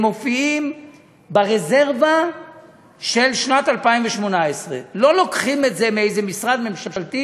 הם מופיעים ברזרבה של שנת 2018. לא לוקחים את זה מאיזה משרד ממשלתי